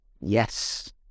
yes